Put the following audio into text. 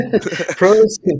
pros